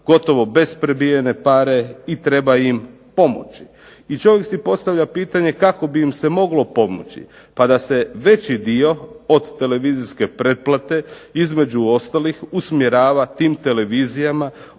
gotovo bez prebijene pare i treba im pomoći. I čovjek si postavlja pitanje kako bi im se moglo pomoći? Pa da se veći dio od televizijske pretplate između ostalih usmjerava tim televizijama